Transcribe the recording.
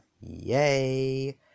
Yay